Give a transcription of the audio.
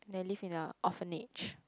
they live in a orphanage